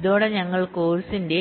ഇതോടെ ഞങ്ങൾ ഈ കോഴ്സിന്റെ